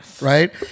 right